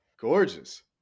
gorgeous